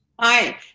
hi